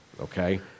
okay